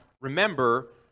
remember